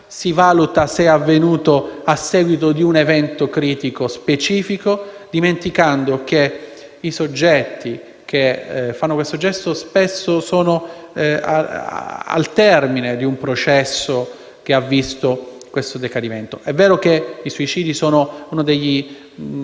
si valuta se sia avvenuto a seguito di un evento critico specifico, dimenticando che i soggetti che compiono questo gesto spesso sono al termine di un processo di decadimento. È vero che i suicidi sono tra i